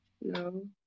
No